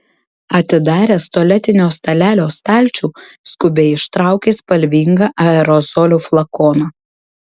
atidaręs tualetinio stalelio stalčių skubiai ištraukė spalvingą aerozolio flakoną